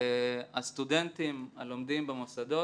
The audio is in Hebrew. הסטודנטים הלומדים במוסדות,